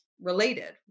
related